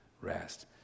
rest